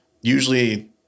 Usually